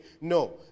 No